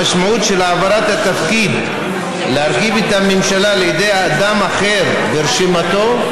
המשמעות של העברת התפקיד להרכיב את הממשלה לידי אדם אחר ברשימתו,